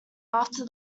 after